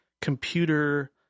computer